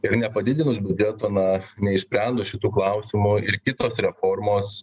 ir nepadidinus biudžeto na neišsprendus šitų klausimų ir kitos reformos